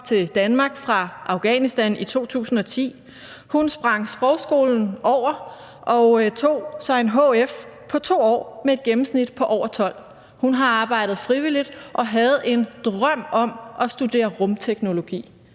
til Danmark fra Afghanistan i 2010. Hun sprang sprogskolen over og tog sig en hf-uddannelse på 2 år med et gennemsnit på over 12. Hun har arbejdet frivilligt og havde en drøm om at studere rumteknologi.